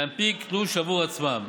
להנפיק תלוש עבור עצמם.